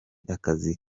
akazi